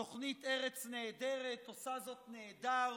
התוכנית ארץ נהדרת עושה זאת נהדר,